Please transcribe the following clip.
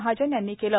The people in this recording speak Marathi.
महाजन यांनी केले